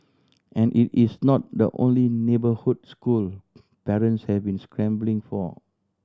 and it is not the only neighbourhood school parents have been scrambling for